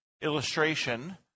illustration